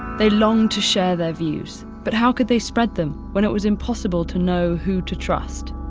they longed to share their views. but how could they spread them, when it was impossible to know who to trust?